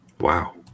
Wow